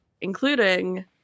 Including